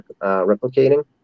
replicating